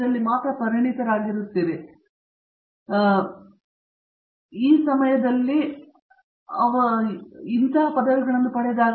ಇದೀಗ ಪರಿಣಿತರಾಗಿರುವುದು ಒಳ್ಳೆಯದು ಆದರೆ ಅದೇ ಸಮಯದಲ್ಲಿ ಬಹುಶಃ ಕಿರಿದಾಗುವಿಕೆ ಅವರು ಪಡೆಯುವ ಉದ್ಯೋಗಗಳು ಮತ್ತು ಇನ್ನಿತರ ಸ್ಥಾನಗಳನ್ನು ಪಡೆಯುವಂತಹ ಸ್ಥಾನಗಳು